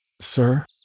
sir